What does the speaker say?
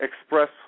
express